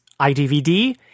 iDVD